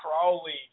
Crowley